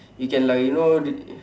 you can like you know